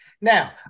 Now